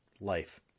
life